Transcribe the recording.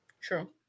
True